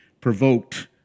provoked